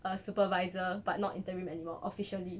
a supervisor but not interim anymore officially